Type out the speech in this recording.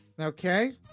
okay